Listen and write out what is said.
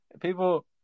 People